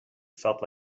felt